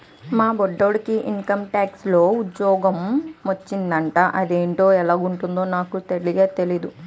మా బొట్టిడికి ఇంకంటాక్స్ లో ఉజ్జోగ మొచ్చిందట అదేటో ఎలగుంటదో నాకు తెల్నే తెల్దు